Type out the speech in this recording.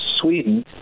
Sweden